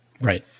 Right